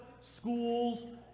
schools